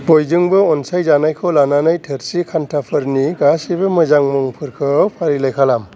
बयजोंबो अनसायजानायखौ लानानै थोरसि खान्थाफोरनि गासैबो मोजां मुंफोरखौ फारिलाइ खालाम